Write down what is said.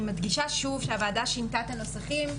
אני מדגישה שוב שהוועדה שינתה את הנוסחים.